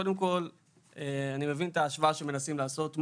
קודם כל אני מבין את ההשוואה שמנסים לעשות.